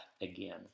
again